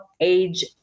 age